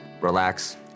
relax